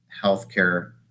healthcare